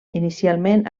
inicialment